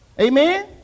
Amen